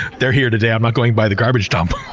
they're here today, i'm not going by the garbage dump.